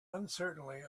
uncertainly